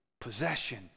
possession